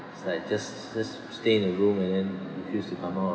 it's like just just stay in the room and then refuse to come ou~